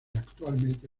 actualmente